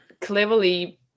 cleverly